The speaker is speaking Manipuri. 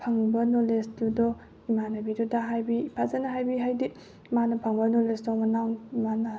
ꯐꯪꯕ ꯅꯣꯂꯦꯖꯇꯨꯗꯣ ꯏꯃꯥꯟꯅꯕꯤꯗꯨꯗ ꯍꯥꯏꯕꯤ ꯐꯖꯅ ꯍꯥꯏꯕꯤ ꯍꯥꯏꯗꯤ ꯃꯥꯅ ꯄꯥꯕ ꯅꯣꯂꯦꯖꯇꯣ ꯃꯅꯥꯎ ꯃꯥꯅ